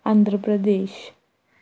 Andhra Pradesh